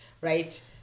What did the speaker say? right